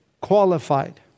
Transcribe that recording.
qualified